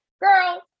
girl